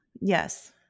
Yes